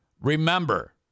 remember